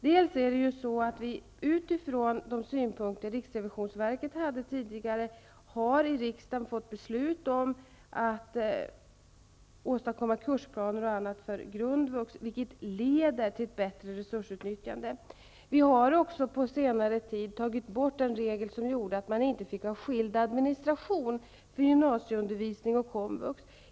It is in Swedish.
Bl.a. utifrån riksrevisionsverkets synpunkter har riksdagen fattat beslut om att åstadkomma kursplaner och annat för grundvux, vilket leder till ett bättre resursutnyttjande. Vi har också på senare tid tagit bort en regel som innebar att man inte fick ha skild administration för gymnasieundervisning och komvux.